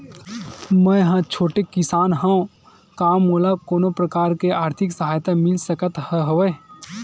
मै ह छोटे किसान हंव का मोला कोनो प्रकार के आर्थिक सहायता मिल सकत हवय?